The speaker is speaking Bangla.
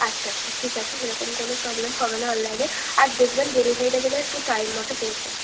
আচ্ছা আচ্ছা ঠিক আছে সেরকম কোনও প্রবলেম হবে না অনলাইনে আর দেখবেন ডেলিভারিটা যেন একটু টাইম মতো পৌঁছে দেয়